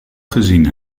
gezien